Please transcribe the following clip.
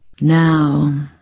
Now